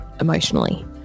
emotionally